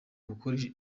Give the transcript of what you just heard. gukora